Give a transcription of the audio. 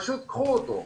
פשוט קחו אותו.